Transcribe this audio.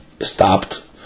stopped